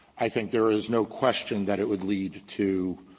i think there is no question that it would lead to